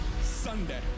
Sunday